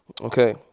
Okay